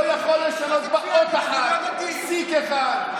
לא יכול לשנות בה אות אחת, פסיק אחד.